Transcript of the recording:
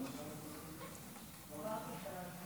התשפ"ד 2024,